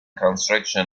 construction